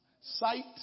Sight